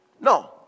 No